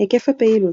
היקף הפעילות